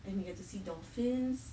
and you get to see dolphins